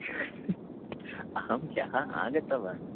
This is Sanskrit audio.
अहं ह्यः आगतवान्